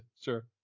Sure